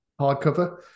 hardcover